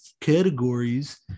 categories